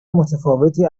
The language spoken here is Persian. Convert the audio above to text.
متفاوتی